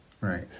right